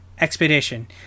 expedition